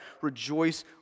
rejoice